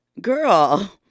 girl